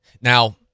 Now